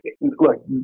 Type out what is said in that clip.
look